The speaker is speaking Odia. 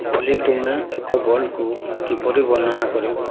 ଅଲି ତୁମେ ଏକ ବଲ୍କୁ କିପରି ବର୍ଣ୍ଣନା କରିବ